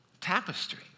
tapestry